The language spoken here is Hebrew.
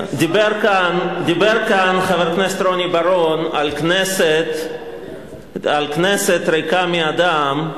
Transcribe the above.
דיבר כאן חבר הכנסת רוני בר-און על כנסת ריקה מאדם,